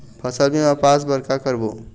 फसल बीमा पास बर का करबो?